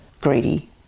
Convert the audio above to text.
greedy